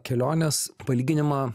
kelionės palyginimą